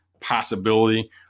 possibility